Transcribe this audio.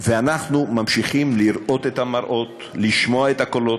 ואנחנו ממשיכים לראות את המראות, לשמוע את הקולות,